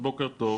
בוקר טוב.